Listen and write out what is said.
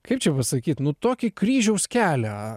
kaip čia pasakyt nu tokį kryžiaus kelią